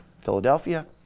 Philadelphia